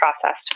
processed